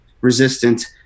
resistant